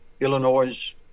Illinois